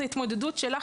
זה התמודדות שלך,